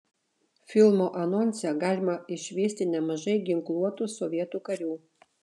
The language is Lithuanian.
filmo anonse galima išvysti nemažai ginkluotų sovietų karių